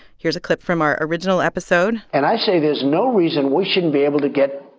here's a clip from our original episode and i say there's no reason we shouldn't be able to get,